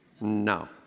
No